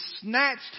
snatched